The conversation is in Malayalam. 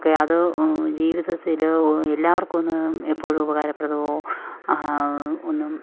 ഒക്കെ അത് ജീവിതത്തിൽ എല്ലാവർക്കും ഒന്ന് എപ്പോഴും ഉപകാരപ്രഥമോ ഒന്നും